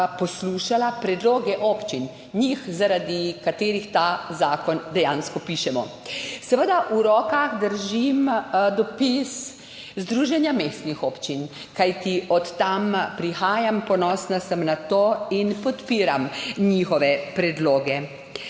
poslušala predloge občin, njih, zaradi katerih ta zakon dejansko pišemo. V rokah držim dopis Združenja mestnih občin. Kajti od tam prihajam, ponosna sem na to in podpiram njihove predloge.